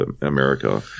america